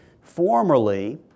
Formerly